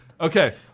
Okay